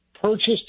purchased